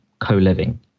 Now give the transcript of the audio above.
co-living